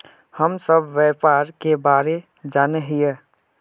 हम सब व्यापार के बारे जाने हिये?